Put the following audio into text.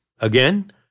Again